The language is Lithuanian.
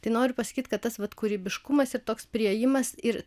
tai noriu pasakyt kad tas vat kūrybiškumas ir toks priėjimas ir